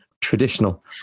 traditional